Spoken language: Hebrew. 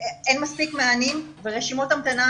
אין מספיק מענים ורשימות ההמתנה